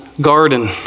garden